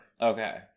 Okay